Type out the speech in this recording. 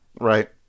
right